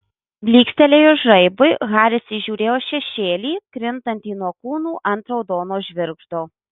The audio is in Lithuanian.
blykstelėjus žaibui haris įžiūrėjo šešėlį krintantį nuo kūnų ant raudono žvirgždo